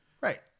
Right